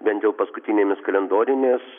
bent jau paskutinėmis kalendorinės